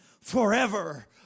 forever